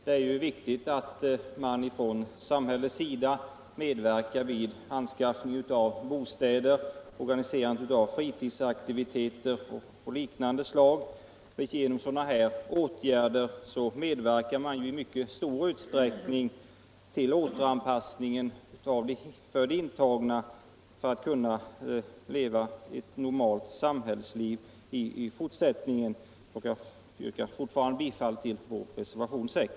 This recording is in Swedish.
Det är ju viktigt att samhället medverkar vid anskaffning av bostäder, organiserandet av fritidsaktiviteter och liknande. Genom sådana åtgärder medverkar man i mycket stor utsträckning till att de intagna återanpassas till ett normalt samhällsliv. Jag yrkar fortfarande bifall till vår reservation 6.